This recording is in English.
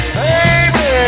baby